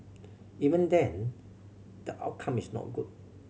even then the outcome is not good